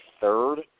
third